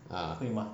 ah